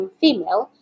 female